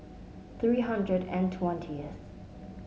three hundred and twentieth